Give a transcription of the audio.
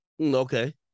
Okay